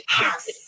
house